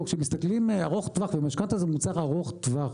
כשמסתכלים ארוך טווח, ומשכנתא זה מוצר ארוך טווח,